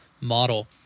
model